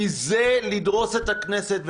כי זה לדרוס את הכנסת,